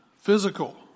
physical